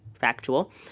factual